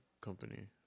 company